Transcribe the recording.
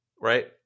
right